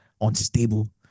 unstable